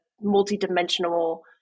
multi-dimensional